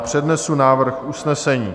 Přednesu návrh usnesení.